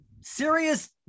serious